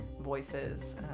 voices